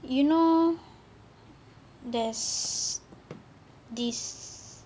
you know there's this